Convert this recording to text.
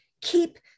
keep